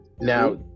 Now